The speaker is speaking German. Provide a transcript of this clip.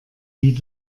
wie